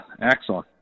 Axon